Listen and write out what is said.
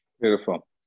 Beautiful